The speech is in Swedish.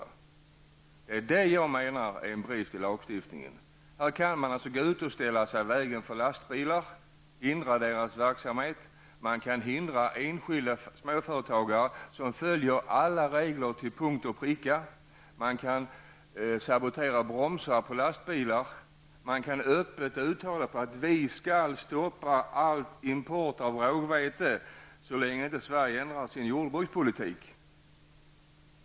Det är det jag menar är en brist i lagstiftningen. Här kan man alltså gå ut och ställa sig i vägen för lastbilar och hindra deras verksamhet, man kan hindra enskilda småföretagare som följer alla regler till punkt och pricka, man kan sabotera bromsar på lastbilar, man kan öppet uttala att ''vi skall stoppa all import av rågvete så länge inte Sverige ändrar sin jordbrukspolitik''.